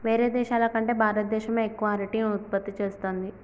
వేరే దేశాల కంటే భారత దేశమే ఎక్కువ అరటిని ఉత్పత్తి చేస్తంది